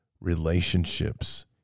relationships